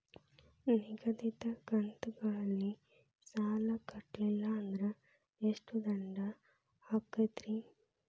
ನಿಗದಿತ ಕಂತ್ ಗಳಲ್ಲಿ ಸಾಲ ಕಟ್ಲಿಲ್ಲ ಅಂದ್ರ ಎಷ್ಟ ದಂಡ ಹಾಕ್ತೇರಿ?